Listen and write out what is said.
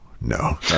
no